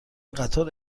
قطار